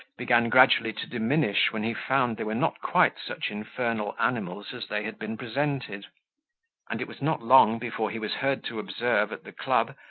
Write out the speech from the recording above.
began gradually to diminish when he found they were not quite such infernal animals as they had been presented and it was not long before he was heard to observe, at the club,